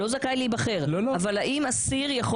במידה והחוק הזה יעבור, לא אמורה להיות בעיה.